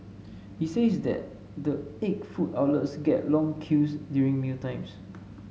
he says that the eight food outlets get long queues during mealtimes